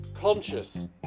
conscious